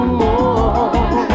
more